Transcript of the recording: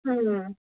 হুম